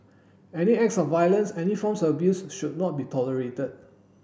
any acts of violence any forms of abuse should not be tolerated